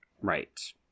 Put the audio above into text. Right